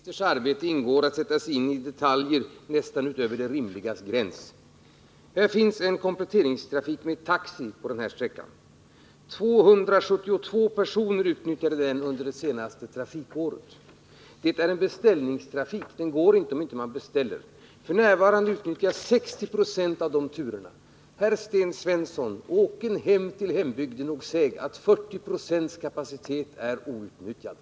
Herr talman! I en kommunikationsministers arbete ingår att sätta sig in i detaljer nästan utöver det rimligas gräns. Det finns en kompletteringstrafik med taxi på den här sträckan. 272 personer utnyttjade den under det senaste trafikåret. Det är en beställningstrafik — den går alltså inte om man inte har beställt den. F. n. utnyttjas 60 9o av dessa turer.